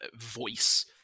voice